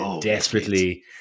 desperately